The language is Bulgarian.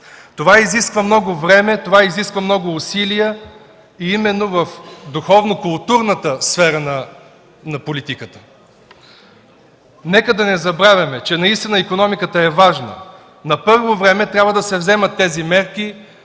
Това изисква много време и усилия именно в духовната и културната сфери на политиката. Нека не забравяме, че наистина икономиката е важна. На първо време трябва да се вземат тези мерки.